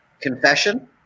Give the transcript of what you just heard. confession